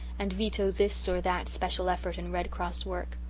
and veto this or that special effort in red cross work.